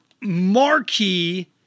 marquee